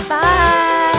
Bye